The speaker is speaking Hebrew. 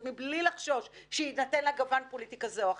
מבלי לחשוש שיינתן לה גוון פוליטי כזה או אחר.